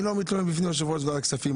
אני לא מתלונן בפני יושב-ראש ועדת הכספים,